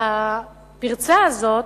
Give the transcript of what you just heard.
והפרצה הזאת